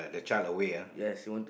the child away ah